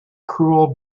cruel